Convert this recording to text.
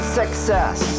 success